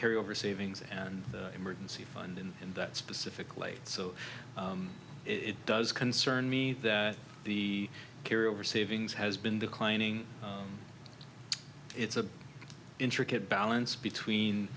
carry over savings and emergency fund in that specific late so it does concern me that the carry over savings has been declining it's an intricate balance between